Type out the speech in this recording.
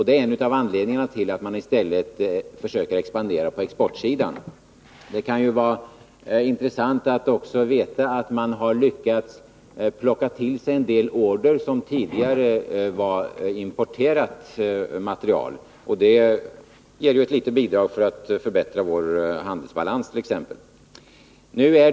Det är en av anledningarna till att man försöker expandera på exportsidan. Det kan också vara intressant att veta att Samhällsföretag har lyckats plocka åt sig en del order på sådant material som tidigare importerades. Det ger ett litet bidrag till förbättringen av vår handelsbalans.